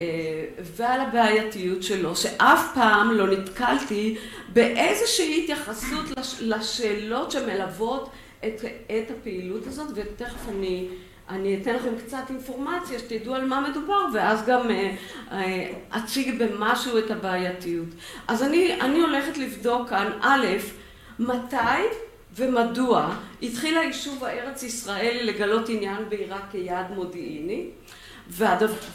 ועל הבעייתיות שלו, שאף פעם לא נתקלתי באיזושהי התייחסות לשאלות שמלוות את הפעילות הזאת. ותכף אני אתן לכם קצת אינפורמציה שתדעו על מה מדובר ואז גם אציג במשהו את הבעייתיות. אז אני הולכת לבדוק כאן א', מתי ומדוע התחיל היישוב הארץ הישראלי לגלות עניין בעירק כיעד מודיעיני והדב...